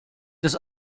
das